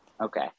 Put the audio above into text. okay